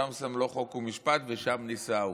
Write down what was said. שָׁם שָׂם לו חוק ומשפט ושם ניסהו".